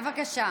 בבקשה.